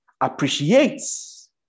appreciates